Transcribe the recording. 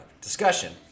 discussion